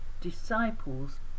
disciples